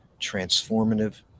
transformative